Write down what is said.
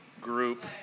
group